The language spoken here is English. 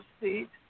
seat